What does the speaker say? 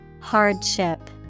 Hardship